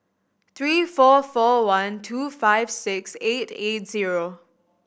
three four four one two five six eight eight zero